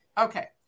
Okay